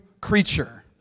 creature